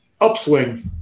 upswing